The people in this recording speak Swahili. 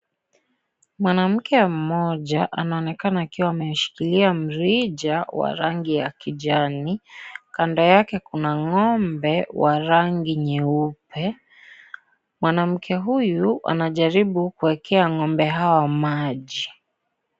Mwanamke mmoja, anaonekana akiwa ameshikilia mrija wa rangi ya kijani , kando yake kuna ng'ombe wa rangi nyeupe mwanamke huyu anajaribu kuwekea ng'ombe hawa maji.